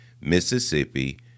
Mississippi